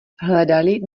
hledali